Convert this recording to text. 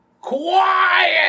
Quiet